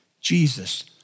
Jesus